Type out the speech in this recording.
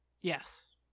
yes